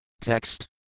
Text